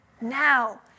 now